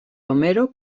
homero